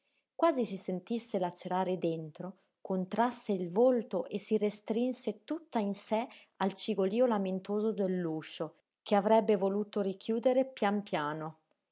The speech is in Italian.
quasi si sentisse lacerare dentro contrasse il volto e si restrinse tutta in sé al cigolío lamentoso dell'uscio che avrebbe voluto richiudere pian piano